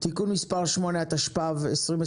(תיקון מס' 8), התשפ"ב-2022.